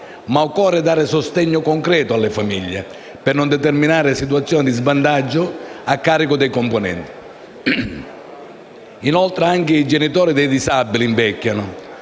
ma occorre dare sostegno concreto alle famiglie per non determinare situazioni di svantaggio a carico dei componenti. Inoltre, anche i genitori dei disabili invecchiano.